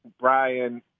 Brian